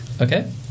Okay